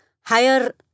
higher